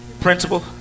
Principal